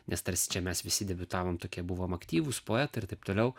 nes tarsi čia mes visi debiutavom tokie buvom aktyvūs poetai ir taip toliau